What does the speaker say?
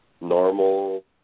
Normal